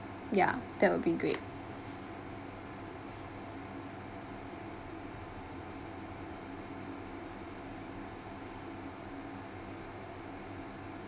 ya that will be great